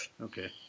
Okay